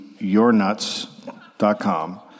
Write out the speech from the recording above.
yournuts.com